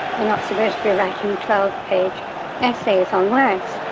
they're not supposed to be writing twelve page essays on words.